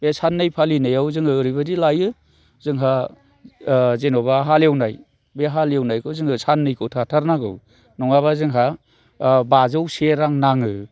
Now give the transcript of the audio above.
बे साननै फालिनायाव जोङो ओरैबायदि लायो जोंहा जेन'बा हालएवनाय बे हालएवनायखौ जोङो साननैखौ थाथारनांगौ नङाब्ला जोंहा बाजौसे रां नाङो